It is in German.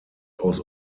aus